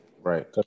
Right